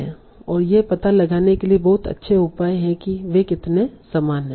और ये पता लगाने के लिए बहुत अच्छे उपाय हैं कि वे कितने समान हैं